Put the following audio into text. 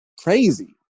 crazy